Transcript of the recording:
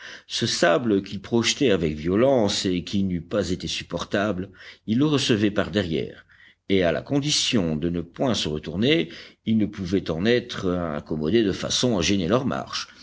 ce sable qu'il projetait avec violence et qui n'eût pas été supportable ils le recevaient par derrière et à la condition de ne point se retourner ils ne pouvaient en être incommodés de façon à gêner leur marche